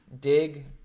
dig